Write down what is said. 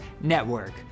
Network